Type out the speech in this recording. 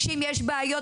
שאם יש בעיות,